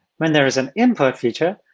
when there is an import feature,